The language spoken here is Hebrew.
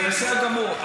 זה בסדר גמור.